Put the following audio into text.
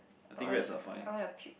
I want I want to puke